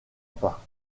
pas